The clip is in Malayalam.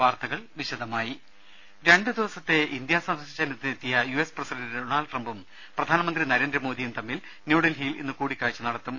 വാർത്തകൾ വിശദമായി രണ്ടു ദിവസത്തെ ഇന്ത്യാ സന്ദർശനത്തിനെത്തിയ യു എസ് പ്രസിഡന്റ് ഡൊണാൾഡ് ട്രംപും പ്രധാനമന്ത്രി നരേന്ദ്രമോദിയും തമ്മിൽ ന്യൂഡൽഹിയിൽ ഇന്ന് കൂടിക്കാഴ്ച നടത്തും